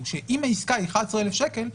הוא שאם העסקה היא 11,000 שקל,